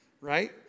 Right